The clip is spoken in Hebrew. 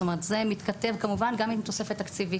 זאת אומרת, זה מתכתב כמובן גם עם תוספת תקציבית.